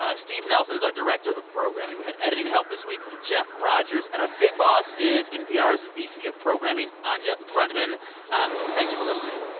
ah steve nelsen's our director of programming. we had editing help this week from jeff rogers. and our big boss is npr's vp of programming, anya grundmann thanks for listening.